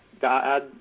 God